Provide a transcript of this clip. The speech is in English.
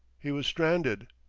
he was stranded.